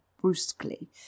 brusquely